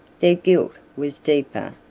their guilt was deeper,